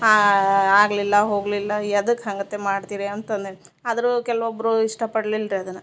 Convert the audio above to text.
ಆ ಆಗಲಿಲ್ಲ ಹೋಗಲಿಲ್ಲ ಎದಕ್ಕ ಹಂಗತೆ ಮಾಡ್ತೀರಿ ಅಂತನೆ ಆದ್ರ ಕೆಲವೊಬ್ರು ಇಷ್ಟ ಪಡ್ಲಿಲ್ಲ ರೀ ಅದನ್ನ